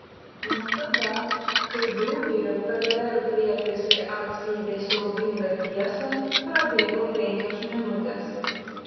nuo tada kai bruderio pgr prietaisai atskleidė siaubingą tiesą prabėgo penkios minutės